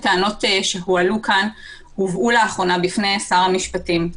הטענת שהועלו כאן הובאו לאחרונה בפני שר המשפטים.